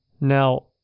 Now